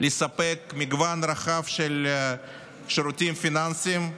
לספק מגוון רחב של שירותים פיננסיים,